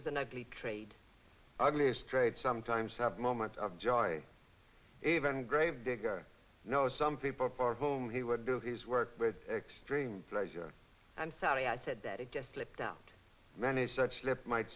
is an ugly trade uglies trade sometimes have moments of joy even grave digger know some people for whom he would do his work with extreme pleasure i'm sorry i said that it just slipped out many such lips might